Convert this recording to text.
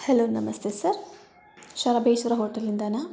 hello namaste sir Sharabeshwara ಹೋಟೆಲಿಂದಾನಾ